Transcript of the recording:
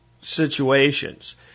situations